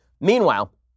meanwhile